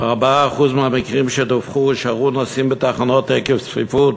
וב-4% מהמקרים שדווחו הושארו נוסעים בתחנות עקב צפיפות.